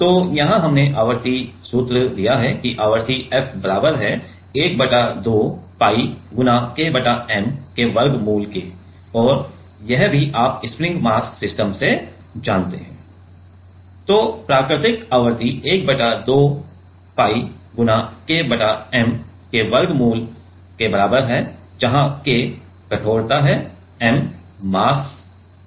तो यहाँ हमने आवृत्ति सूत्र दिया है कि आवृत्ति f बराबर है 1 बटा 2 pi गुणा k बटा m का वर्गमूल और यह भी आप स्प्रिंग मास सिस्टम से जानते हैं तो प्राकृतिक आवृत्ति 1 बटा 2 pi गुणा k बटा m का वर्गमूल है जहाँ k कठोरता है और m मास है